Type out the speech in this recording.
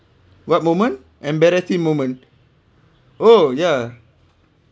what moment embarrassing moment oh yeah